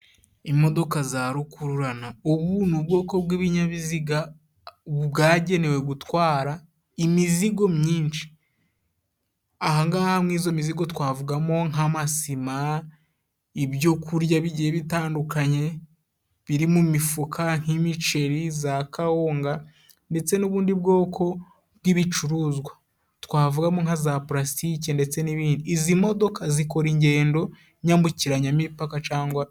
Imodoka za rukururana. Ubu ni ubwoko bw'ibinyabiziga bwagenewe gutwara imizigo myinshi. Aha ngaha mu izo mizigo twavugamo nk'amasima, ibyo kurya bigiye bitandukanye biririmo imifuka nk'imiceri, za kawunga ndetse n'ubundi bwoko bw'ibicuruzwa. Twavugamo nka za palastiki ndetse n'ibindi. Izi modoka zikora ingendo nyambukiranyamipaka cyangwa...